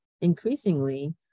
increasingly